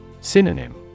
Synonym